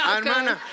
hermana